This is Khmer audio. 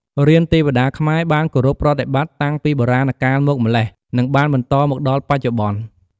រានទេវតាខ្មែរបានគោរពប្រតិបត្តិតាំងពីបុរាណកាលមកម្ល៉េះ និងបានបន្តមកដល់បច្ចុប្បន្ន។